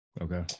okay